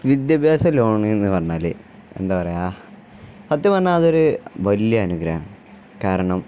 വിദ്യാഭ്യാസ ലോണെന്നു പറഞ്ഞാല് എന്താണു പറയുക സത്യം പറഞ്ഞാല് അതൊരു വലിയ അനുഗ്രഹമാണ് കാരണം